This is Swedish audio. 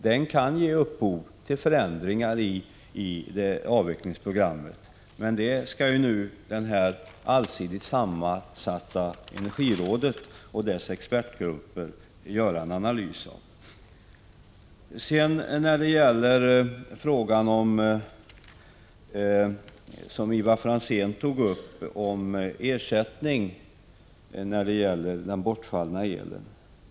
Den kan ge upphov till förändringar i avvecklingsprogrammet. Det allsidigt sammansatta energirådet och dess expertgrupp skall nu göra en analys. Ivar Franzén tog upp frågan om ersättning för elbortfall.